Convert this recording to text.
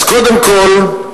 אז קודם כול,